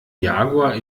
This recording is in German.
jaguar